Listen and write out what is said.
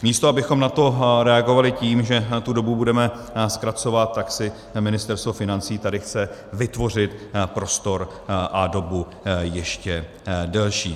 Místo abychom na to reagovali tím, že tu dobu budeme zkracovat, tak si Ministerstvo financí tady chce vytvořit prostor a dobu ještě delší.